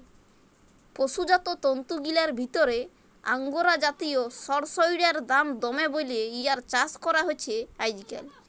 পসুজাত তন্তুগিলার ভিতরে আঙগোরা জাতিয় সড়সইড়ার দাম দমে বল্যে ইয়ার চাস করা হছে আইজকাইল